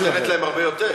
נותנת להם הרבה יותר,